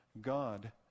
God